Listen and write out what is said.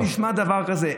איפה נשמע דבר כזה?